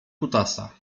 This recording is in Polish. kutasa